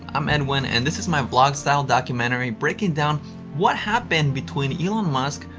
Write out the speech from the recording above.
i'm edwin and this is my vlog-style documentary breaking down what happened between elon musk,